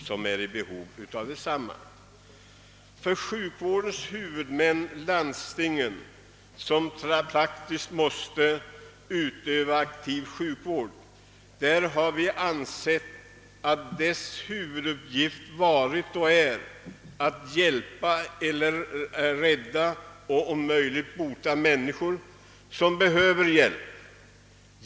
Vi har ansett att huvuduppgiften för sjukvårdens huvudmän, landstingen, som praktiskt måste utöva aktiv sjukvård, varit och är att hjälpa eller rädda och om möjligt bota människor som behöver hjälp.